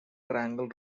triangle